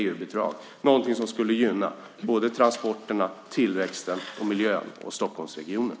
Det är något som skulle gynna både transporterna, tillväxten, miljön och Stockholmsregionen.